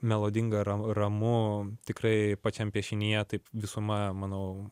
melodinga ram ramu tikrai pačiam piešinyje taip visuma manau